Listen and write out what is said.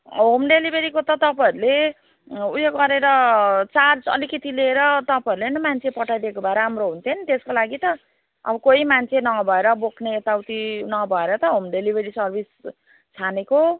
home डेलिभेरीको त तपाईँहरूले ऊ यो गरेर चार्ज अलिकति लिएर तपाईँहरूले नै मान्छे पठाइदिएको भए राम्रो हुन्थ्यो नि त्यसको लागि त अब कोही मान्छे नभएर बोक्ने यताउति नभएर त होम डेलिभेरी सर्भिस छानेको